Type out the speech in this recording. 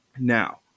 now